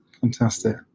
Fantastic